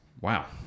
Wow